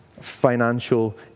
financial